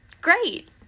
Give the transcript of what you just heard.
Great